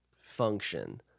function